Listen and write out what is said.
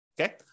okay